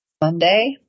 Monday